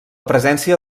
presència